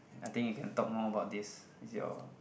I think you can talk more about this is your